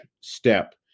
step